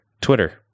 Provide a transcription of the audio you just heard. Twitter